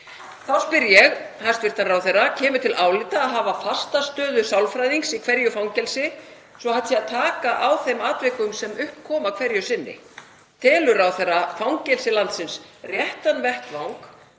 Þá spyr ég hæstv. ráðherra: Kemur til álita að hafa fasta stöðu sálfræðings í hverju fangelsi svo hægt sé að taka á þeim atvikum sem upp koma hverju sinni? Telur ráðherra fangelsi landsins réttan vettvang